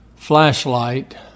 flashlight